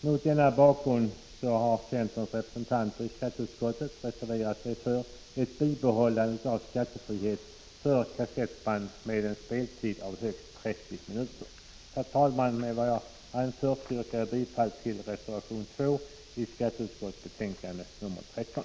Mot denna bakgrund har centerns representanter i skatteutskottet reserverat sig för ett bibehållande av skattefrihet för kassettband med en speltid av högst 30 minuter. Herr talman! Med det anförda yrkar jag bifall till reservation 2 i skatteutskottets betänkande nr 13.